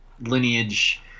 lineage